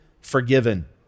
forgiven